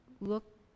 look